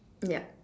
ya